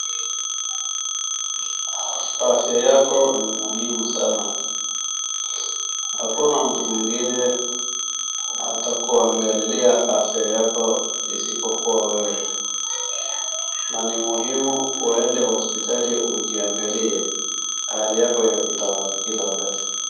Afya yako ni muhimu sana hakuna mtu mwingine atakuangalilia afya yako isipokuwa wewe na ni muhimu uende hospitali ujiangalie afya yako imefika wapi kila wakati.